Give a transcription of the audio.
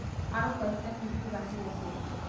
আরো কয়টা কিস্তি বাকি আছে?